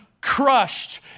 crushed